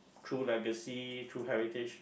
through legacy through heritage